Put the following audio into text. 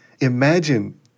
Imagine